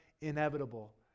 inevitable